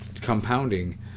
compounding